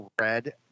red